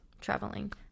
traveling